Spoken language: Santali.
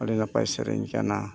ᱟᱹᱰᱤ ᱱᱟᱯᱟᱭ ᱥᱮᱨᱮᱧ ᱠᱟᱱᱟ